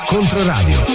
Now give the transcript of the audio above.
Controradio